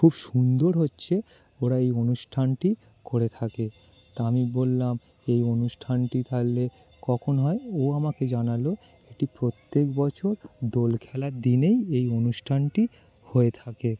খুব সুন্দর হচ্ছে ওরা এই অনুষ্ঠানটি করে থাকে তো আমি বললাম এই অনুষ্ঠানটি তাহলে কখন হয় ও আমাকে জানাল এটি প্রত্যেক বছর দোল খেলার দিনেই এই অনুষ্ঠানটি হয়ে থাকে